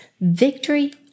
Victory